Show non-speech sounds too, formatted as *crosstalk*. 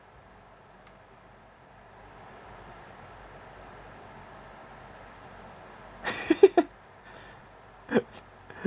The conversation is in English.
*laughs*